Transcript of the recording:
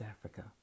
Africa